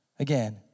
Again